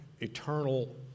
eternal